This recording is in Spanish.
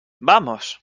vamos